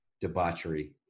debauchery